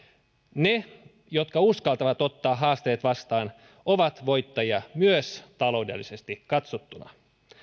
ne jotka uskaltavat ottaa haasteet vastaan ovat voittajia myös taloudellisesti katsottuna